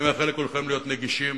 אני מאחל לכולכם להיות נגישים,